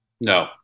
No